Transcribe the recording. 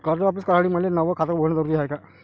कर्ज वापिस करासाठी मले नव खात उघडन जरुरी हाय का?